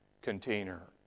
container